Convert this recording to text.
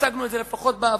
או הצגנו את זה לפחות בעבר,